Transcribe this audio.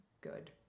good